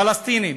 פלסטינים,